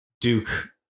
Duke